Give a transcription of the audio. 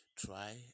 Try